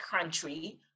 country